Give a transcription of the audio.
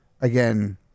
again